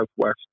southwest